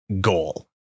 goal